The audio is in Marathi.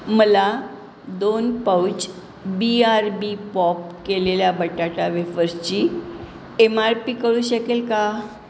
मला दोन pouch B R B pop केलेल्या बटाटा वेफर्सची एम आर पी कळू शकेल का